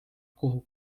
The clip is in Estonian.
kuhu